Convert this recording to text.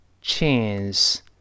chance